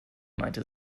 meinte